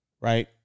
right